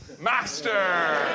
master